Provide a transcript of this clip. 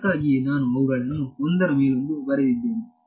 ಅದಕ್ಕಾಗಿಯೇ ನಾನು ಅವುಗಳನ್ನು ಒಂದರ ಮೇಲೊಂದು ಬರೆದಿದ್ದೇನೆ